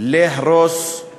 להרוס את